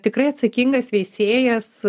tikrai atsakingas veisėjas